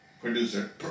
Producer